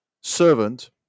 servant